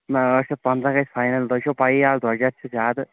نہَ ٲٹھ شَتھ پنٛژاہ گژھِ فاینل تۄہہِ چھَو پییِی از درٛۅجر چھُ زیادٕ